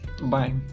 Bye